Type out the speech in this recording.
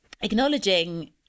acknowledging